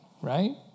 right